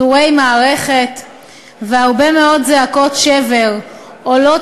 טורי מערכת והרבה מאוד זעקות שבר עולות